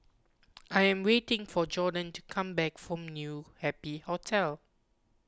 I am waiting for Gorden to come back from New Happy Hotel